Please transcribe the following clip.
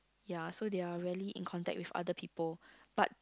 ya so they are vary in contact with other people but